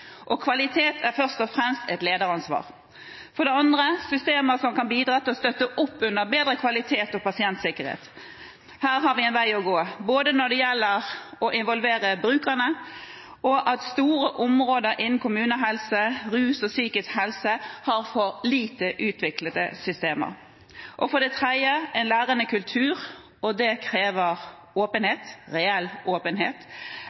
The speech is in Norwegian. Kvalitet er først og fremst et lederansvar. For det andre: systemer som kan bidra til å støtte opp under bedre kvalitet og pasientsikkerhet. Her har vi en vei å gå både når det gjelder å involvere brukerne, og det at store områder innenfor kommunehelsetjenesten, rusbehandling og psykiatri har for lite utviklede systemer. For det tredje: en lærende kultur. Det krever åpenhet, reell åpenhet,